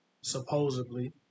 supposedly